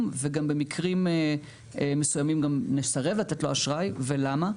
וגם במקרים מסוימים נסרב לתת לו אשראי ולמה?